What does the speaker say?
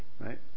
right